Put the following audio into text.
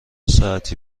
ساعتی